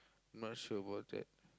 not sure about that